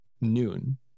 noon